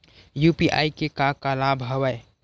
UPI के का का लाभ हवय?